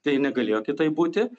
tai negalėjo kitaip būti